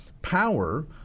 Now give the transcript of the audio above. power